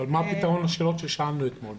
מה הפתרון לשאלות ששאלנו אתמול?